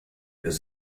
was